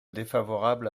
défavorable